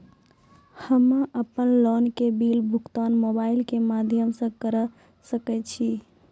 हम्मे अपन लोन के बिल भुगतान मोबाइल के माध्यम से करऽ सके छी?